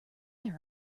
there